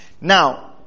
Now